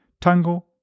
Tango